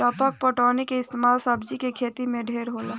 टपक पटौनी के इस्तमाल सब्जी के खेती मे ढेर होला